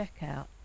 checkout